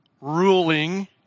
ruling